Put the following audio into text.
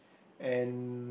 and